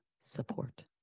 support